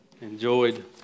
enjoyed